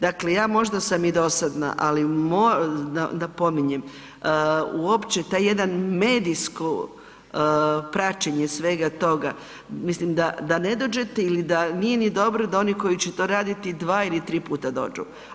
Dakle, ja možda sam i dosadna ali napominjem, uopće to jedno medijsko praćenje svega toga, mislim da ne dođete, ili da nije ni dobro da oni koji će to raditi dva ili tri puta dođu.